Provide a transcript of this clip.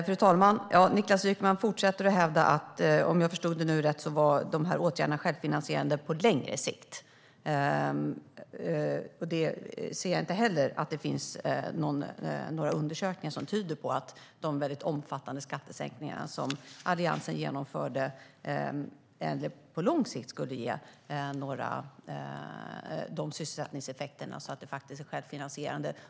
Fru talman! Niklas Wykman fortsätter att hävda, om jag förstod det rätt, att de här åtgärderna var självfinansierande på längre sikt. Men jag ser inte heller att det finns några undersökningar som tyder på att de väldigt omfattande skattesänkningar som Alliansen genomförde på lång sikt skulle ge sådana sysselsättningseffekter att de faktiskt är självfinansierande.